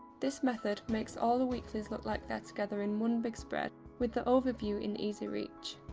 this method makes all the weeklies look like they're together in one big spread with the overview in easy reach.